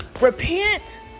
Repent